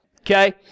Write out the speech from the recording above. Okay